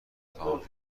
تمام